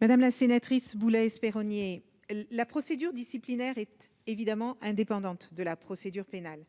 Madame la sénatrice Boulay-Espéronnier la procédure disciplinaire est évidemment indépendante de la procédure pénale